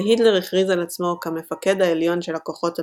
והיטלר הכריז על עצמו כ"מפקד העליון של הכוחות המזוינים",